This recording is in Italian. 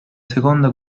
seconda